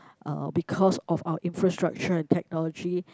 uh because of our infrastructure and technology